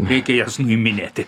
reikia jas nuiminėti